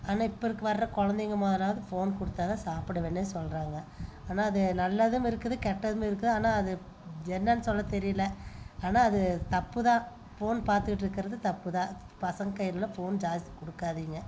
ஆனால் இப்போ இருக் வரற குழந்தைங்க ஃபோன் கொடுத்தா தான் சாப்புடுவன் சொல்கிறாங்க ஆனால் அது நல்லதும் இருக்குது கெட்டதும் இருக்குது ஆனால் அது என்னென்னு சொல்ல தெரியல ஆனால் அது தப்பு தான் ஃபோன் பார்த்துட்ருக்கறது தப்பு தான் பசங்க கையிலாம் ஃபோன் ஜாஸ்தி கொடுக்காதீங்க